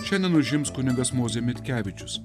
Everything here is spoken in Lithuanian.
šiandien užims kunigas mozė mitkevičius